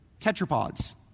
tetrapods